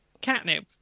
catnip